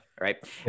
right